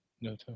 No